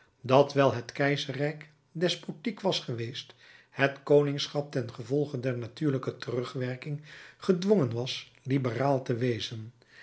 dat wijl het keizerrijk despotiek was geweest het koningschap tengevolge der natuurlijke terugwerking gedwongen was liberaal te wezen